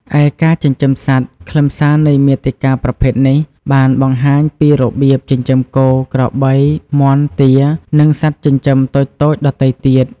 ឯការចិញ្ចឹមសត្វ ខ្លឹមសារនៃមាតិកាប្រភេទនេះ បានបង្ហាញពីរបៀប ចិញ្ចឹមគោ ក្របី មាន់ ទា និងសត្វចិញ្ចឹមតូចៗដទៃទៀត។